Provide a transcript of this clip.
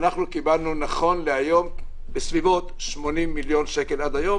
אנחנו קיבלנו בסביבות 80 מיליון שקל עד היום.